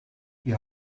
wir